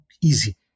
easy